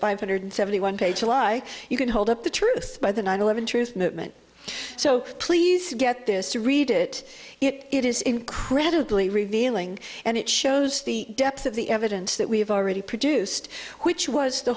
five hundred seventy one page a lie you can hold up the truth by the nine eleven truth movement so please get this to read it it is incredibly revealing and it shows the depth of the evidence that we have already produced which was the